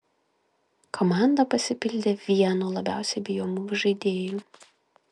komanda pasipildė vienu labiausiai bijomų žaidėjų